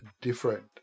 different